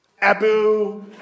Abu